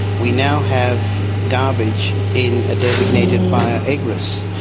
we now have garbage in a designated fire egress,